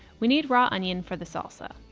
we need raw onion for the salsa,